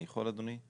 אני יכול, אדוני?